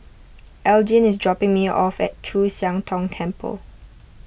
Elgin is dropping me off at Chu Siang Tong Temple